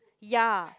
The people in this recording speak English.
ya